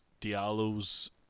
Diallo's